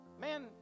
Man